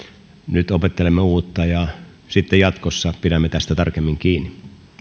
nyt opettelemme uutta ja sitten jatkossa pidämme tästä tarkemmin kiinni